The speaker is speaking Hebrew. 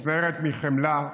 מתנערת מחמלה,